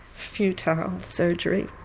futile surgery,